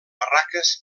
barraques